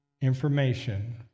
information